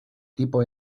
tipo